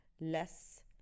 less